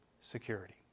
security